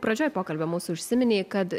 pradžioj pokalbio mūsų užsiminei kad